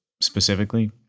specifically